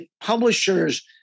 publishers